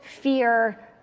fear